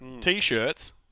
T-shirts